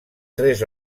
tres